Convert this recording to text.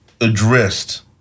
addressed